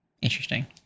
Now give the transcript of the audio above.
Interesting